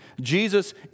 Jesus